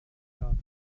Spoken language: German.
dreirad